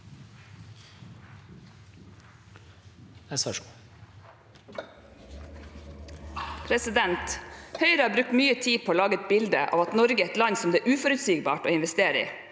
Høyre har brukt mye tid på å lage et bilde av at Norge er et land som det er uforutsigbart å investere i.